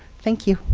thank you.